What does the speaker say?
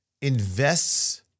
invests